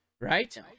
Right